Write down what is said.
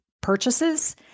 purchases